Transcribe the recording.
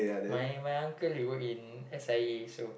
my my uncle he work in s_i_a so